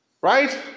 Right